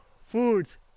foods